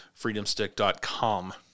FreedomStick.com